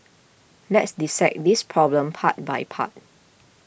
let's dissect this problem part by part